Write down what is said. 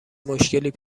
مشکلی